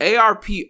ARP